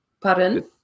Pardon